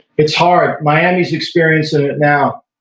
it's hard. miami is experiencing it now,